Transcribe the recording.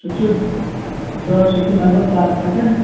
سُہ چھُ دہ سُہ چھُ لگ بگ ترٛکھ اَتٮ۪ن